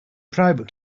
private